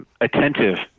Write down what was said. attentive